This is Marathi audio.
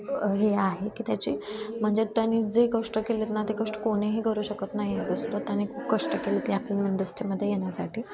हे आहे की त्याची म्हणजे त्याने जे कष्ट केलेत ना ते कष्ट कोणीही करू शकत नाही कष्ट त्याने खूप कष्ट केलेत या फिल्म इंडस्ट्रीमध्ये येण्यासाठी